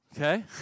okay